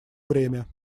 время